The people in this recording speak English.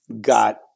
got